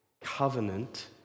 Covenant